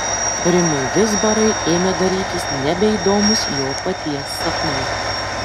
rimui vizbarai ėmė darytis nebeįdomūs jo paties sapnai